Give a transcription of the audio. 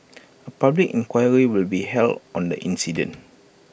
A public inquiry will be held on the incident